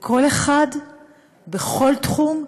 לכל אחד בכל תחום,